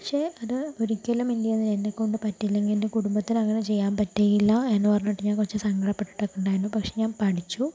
പക്ഷെ അത് ഒരിക്കലും എന്റേതായ എന്നെ കൊണ്ട് പറ്റില്ല അല്ലെങ്കിൽ എൻ്റെ കുടുംബത്തിന് അങ്ങനെ ചെയ്യാൻ പറ്റിയില്ല എന്ന് പറഞ്ഞിട്ട് ഞാൻ കുറച്ച് സങ്കടപെട്ടിട്ടൊക്കെ ഉണ്ടായിരുന്നു പക്ഷെ ഞാൻ പഠിച്ചു